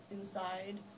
inside